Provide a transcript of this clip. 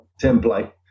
template